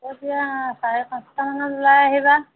হ'ব দিয়া চাৰে পাঁচটামানত ওলাই আহিবা